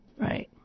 right